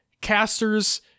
casters